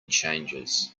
changes